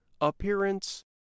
appearance